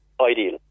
ideal